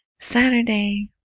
saturday